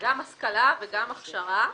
גם השכלה וגם הכשרה,